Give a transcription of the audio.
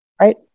Right